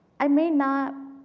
i may not